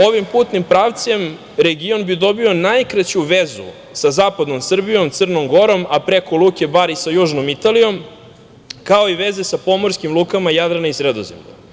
Ovim putnim pravcem region bi dobio najkraću vezu sa zapadnom Srbijom, Crnom Gorom, a preko luke Bar i sa južnom Italijom, kao i veze sa pomorskim lukama Jadrana i Sredozemlja.